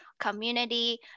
community